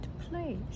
place